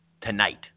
Tonight